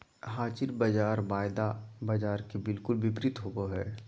हाज़िर बाज़ार वायदा बाजार के बिलकुल विपरीत होबो हइ